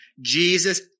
Jesus